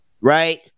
Right